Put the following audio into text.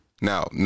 now